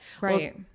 Right